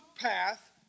path